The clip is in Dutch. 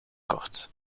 kort